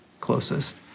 closest